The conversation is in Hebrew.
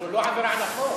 זו לא עבירה על החוק.